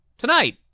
Tonight